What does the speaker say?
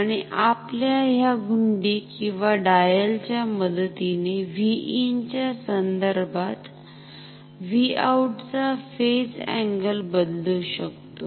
आणि आपण ह्या घुंडी किंवा डायल च्या मदतीने Vin च्या संदर्भात Vout चा फेज अँगल बदलू शकतो